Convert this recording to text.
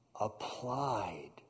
applied